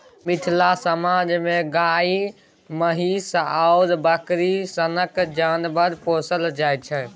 मिथिला समाज मे गाए, महीष आ बकरी सनक जानबर पोसल जाइ छै